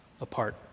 apart